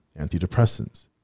antidepressants